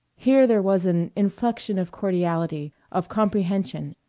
here there was an inflection of cordiality, of comprehension,